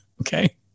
okay